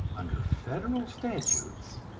under federal statutes,